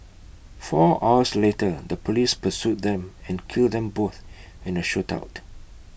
four hours later the Police pursued them and killed them both in A shootout